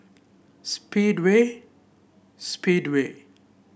Speedway Speedway